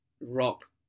rock